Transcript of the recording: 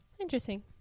Interesting